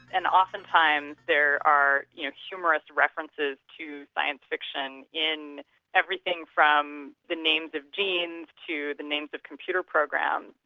and oftentimes there are you know humorous references to science fiction in everything from the names of genes to the names of computer programs.